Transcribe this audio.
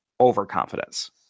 overconfidence